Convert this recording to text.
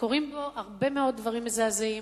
וקורים פה הרבה מאוד דברים מזעזעים.